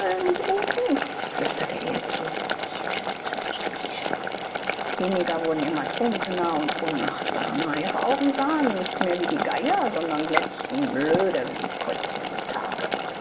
flüsterte er ihr zu gieße es ins honigbier die neger wurden immer trunkener und unachtsamer ihre augen sahen nicht mehr wie die geier sondern glotzten blöde wie die käuzchen am tage